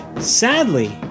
sadly